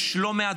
יש לא מעט